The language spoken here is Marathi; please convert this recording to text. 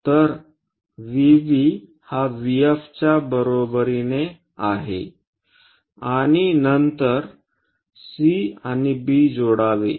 तर VB हा VFच्या बरोबरीने आहे आणि नंतर C आणि B जोडावे